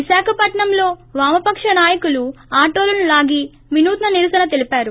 విశాఖపట్సంలో వామపక నాయకులు ఆటోలను లాగి వినూత్స నిరసన తెలిపారు